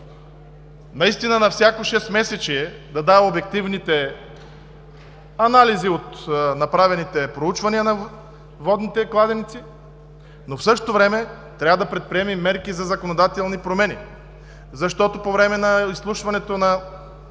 наистина на всяко шестмесечие да дава обективните анализи от направените проучвания на водните кладенци, но в същото време трябва да предприеме и мерки за законодателни промени, защото по време на изслушването на